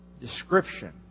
description